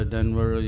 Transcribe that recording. Denver